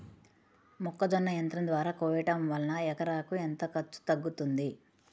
మొక్కజొన్న యంత్రం ద్వారా కోయటం వలన ఎకరాకు ఎంత ఖర్చు తగ్గుతుంది?